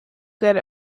good